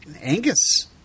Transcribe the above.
Angus